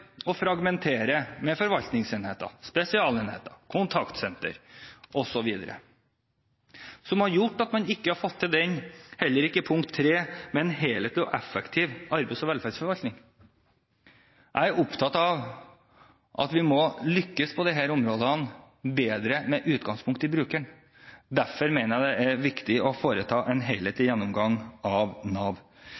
fragmentere i forvaltningsenheter, spesialenheter, kontaktsentre osv., noe som har gjort at man heller ikke har fått til punkt 3, en helhetlig og effektiv arbeids- og velferdsforvaltning. Jeg er opptatt av at vi må lykkes bedre på disse områdene, med utgangspunkt i brukeren. Derfor mener jeg det er viktig å foreta en helhetlig